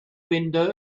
window